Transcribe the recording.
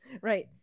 right